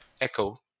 echo